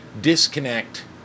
disconnect